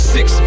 Six